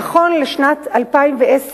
נכון לשנת 2010,